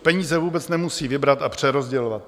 Peníze vůbec nemusí vybrat a přerozdělovat.